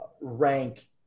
rank